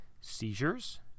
seizures